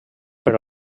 per